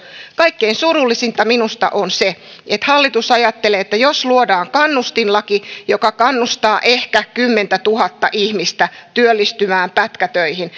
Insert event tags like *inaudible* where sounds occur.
kaikkein surullisinta minusta on se että hallitus ajattelee että jos luodaan kannustinlaki joka kannustaa ehkä kymmentätuhatta ihmistä työllistymään pätkätöihin *unintelligible*